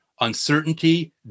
uncertainty